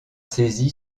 saisi